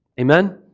Amen